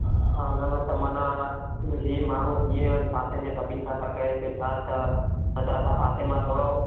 हा न न त माना हीउ माण्हू कीअं आहिनि पासे में सभिनि सां था करनि की छा त तव्हां पासे मां थोरो